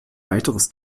weiteres